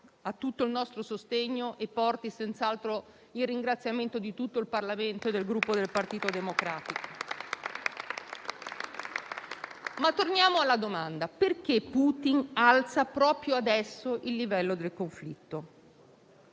ha tutto il nostro sostegno e porti senz'altro il ringraziamento di tutto il Parlamento e del Gruppo Partito Democratico. Torniamo alla domanda: perché Putin alza proprio adesso il livello del conflitto?